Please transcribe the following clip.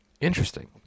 Interesting